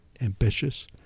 ambitious